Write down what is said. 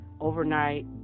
overnight